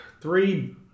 three